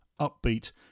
upbeat